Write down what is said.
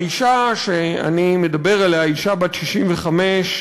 האישה שאני מדבר עליה, אישה בת 65,